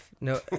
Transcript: No